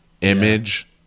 image